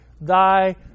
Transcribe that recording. thy